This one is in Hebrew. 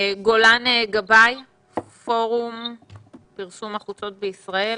פורום פרסום החוצות בישראל,